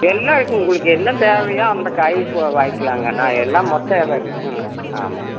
எல்லாம் இருக்கு உங்களுக்கு என்ன தேவையோ அந்த காய் வாங்கிக்கலாங்க நான் எல்லாம் மொத்த வியாபாரி ம் ஆமாம்